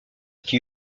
qui